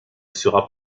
sera